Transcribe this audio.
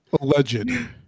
Alleged